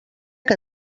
que